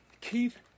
Keith